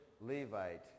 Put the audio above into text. Levite